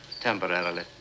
Temporarily